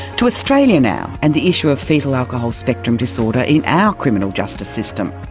to australia now and the issue of foetal alcohol spectrum disorder in our criminal justice system.